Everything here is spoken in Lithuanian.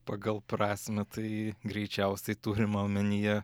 pagal prasmę tai greičiausiai turima omenyje